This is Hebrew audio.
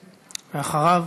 ואחריו,